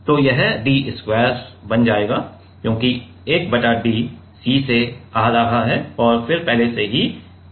तो यह d square बन जाएगा क्योंकि 1 बटा d C से आ रहा है और फिर पहले से ही d था